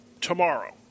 tomorrow